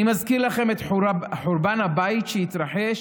אני מזכיר לכם את חורבן הבית שהתרחש